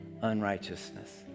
unrighteousness